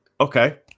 Okay